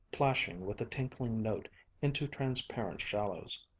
plashing with a tinkling note into transparent shallows.